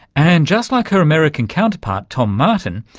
and, just like her american counterpart tom martin,